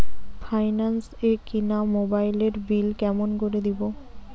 Finance এ কিনা মোবাইলের বিল কেমন করে দিবো?